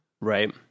Right